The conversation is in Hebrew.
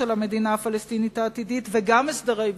המדינה הפלסטינית העתידית וגם הסדרי ביטחון,